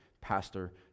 Pastor